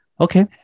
okay